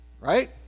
right